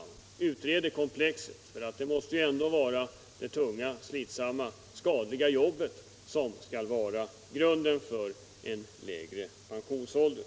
Vi vill att dessa komplex utreds. Det måste ju ändå vara de tunga, skadliga och slitsamma jobben som skall vara grunden för en lägre pensionsålder!